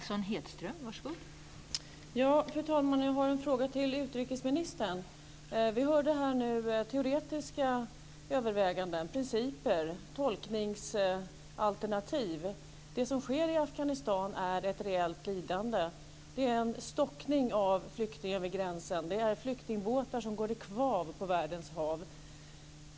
Fru talman! Jag har en fråga till utrikesministern. Vi hörde här teoretiska överväganden, principer och tolkningsalternativ. Det som finns i Afghanistan är ett rejält lidande. Det är en stockning av flyktingar vid gränsen. Det är flyktingbåtar som går i kvav på världens hav.